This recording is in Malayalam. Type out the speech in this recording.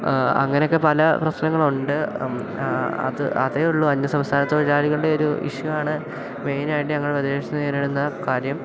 അങ്ങനെയൊക്കെ പല പ്രശ്നങ്ങളുണ്ട് അത് അതേ ഉള്ളൂ അന്യസംസ്ഥാന തൊഴിലാളികളുടെ ഒരു ഇഷ്യു ആണ് മെയിനായിട്ട് ഞങ്ങളുടെ പ്രദേശത്ത് നേരിടുന്ന കാര്യം